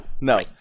no